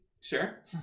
Sure